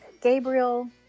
Gabriel